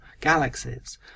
galaxies